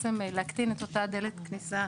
בעצם להקטין את אותה דלת כניסה